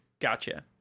Gotcha